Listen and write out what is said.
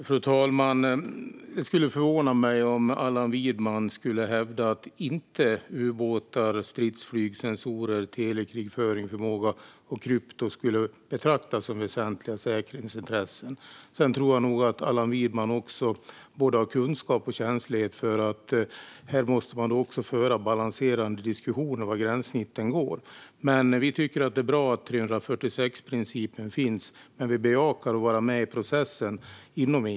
Fru talman! Det skulle förvåna mig om Allan Widman skulle hävda att ubåtar, stridsflyg, sensorer, telekrigföringsförmåga och krypton inte skulle betraktas som väsentliga säkerhetsintressen. Jag tror nog att Allan Widman också har kunskap och känslighet för att man här måste föra balanserade diskussioner om var gränssnitten går. Vi tycker att det är bra att principen i artikel 346 finns. Men vi bejakar att vara med i processen inom EU.